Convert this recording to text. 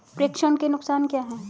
प्रेषण के नुकसान क्या हैं?